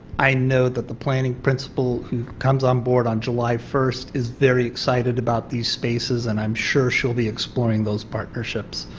i know that the planning principal who comes on board on july one is very excited about the spaces, and i'm sure she will be exploring those partnerships.